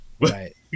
Right